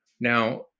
Now